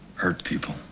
hurt people.